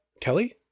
Kelly